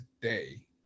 today